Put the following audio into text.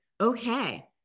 okay